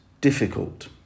difficult